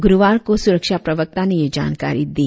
गुरुवार को सुरक्षा प्रवक्ता ने यह जानकारी दी